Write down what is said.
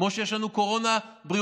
כמו שיש לנו קורונה בריאותית,